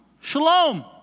Shalom